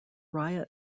riot